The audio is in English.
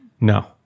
No